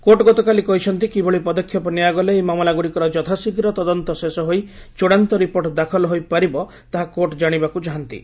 court ଗତକାଲି କହିଛନ୍ତି କିଭଳି ପଦକ୍ଷେପ ନିଆଗଲେ ଏହି ମାମଲାଗୁଡ଼ିକର ଯଥାଶୀଘ୍ର ତଦନ୍ତ ଶେଷ ହୋଇ ଚୂଡ଼ାନ୍ତ ରିପୋର୍ଟ ଦାଖଲ ହୋଇପାରିବ ତାହା କୋର୍ଟ ଜାଣିବାକୁ ଚାହାନ୍ତି